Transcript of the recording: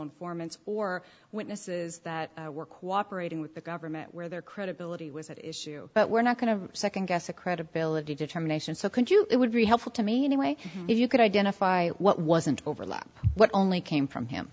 informants or witnesses that were cooperating with the government where their credibility was at issue but we're not going to second guess a credibility determination so could you it would be helpful to me anyway if you could identify what wasn't overlap what only came from him